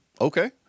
Okay